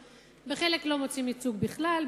בחלק לא מוצאים ייצוג בכלל,